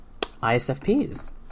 ISFPs